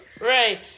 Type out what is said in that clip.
Right